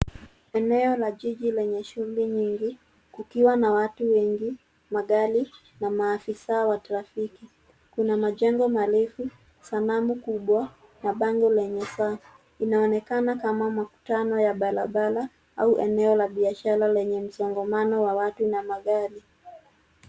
Eneo la jiji lenye shughuli nyingi kukiwa na watu wengi, magari na maafisa wa trafiki. Kuna majengo marefu, sanamu kubwa na bango lenye saa. Inaonekana kama makutano ya barabara au eneo la biashara lenye msongamano wa watu na magari.